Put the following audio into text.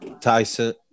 Tyson